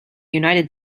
united